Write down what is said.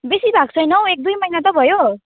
बेसी भएको छैन हौ एक दुई महिना त भयो